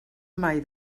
mai